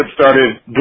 started